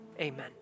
amen